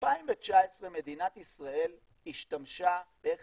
ב-2019 מדינת ישראל השתמשה, בערך